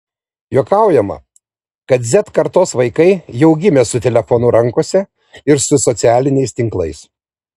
juokaujama kad z kartos vaikai jau gimė su telefonu rankose ir su socialiniais tinklais